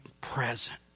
present